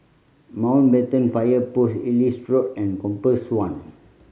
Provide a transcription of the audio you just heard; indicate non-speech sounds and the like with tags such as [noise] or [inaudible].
Mountbatten Fire Post Ellis [unintelligible] and Compass One